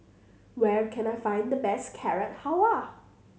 where can I find the best Carrot Halwa